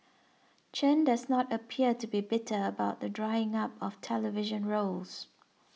Chen does not appear to be bitter about the drying up of television roles